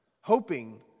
hoping